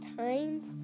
times